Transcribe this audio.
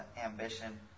ambition